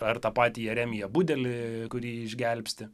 ar tą patį jeremiją budelį kurį išgelbsti